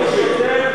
אני מקשיב.